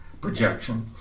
projection